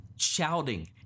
shouting